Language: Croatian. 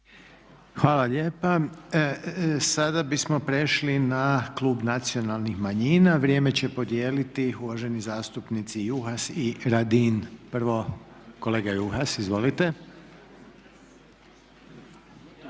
Hvala lijepa. Sada bismo prešli na klub nacionalnih manjina. Vrijeme će podijeliti uvaženi zastupnici Juhas i Radin. Prvo kolega Juhas. Izvolite.